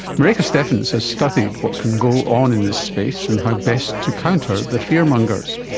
maryke steffens has studied what can go on in this space and how best to counter the fear mongers.